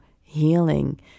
healing